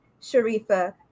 Sharifa